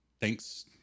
thanks